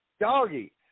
Doggy